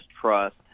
Trust